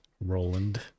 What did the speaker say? Roland